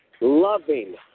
loving